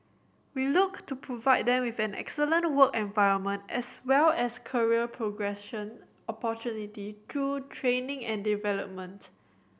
we look to provide them with an excellent work environment as well as career progression opportunity through training and development